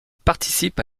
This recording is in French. participe